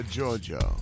Georgia